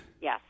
Yes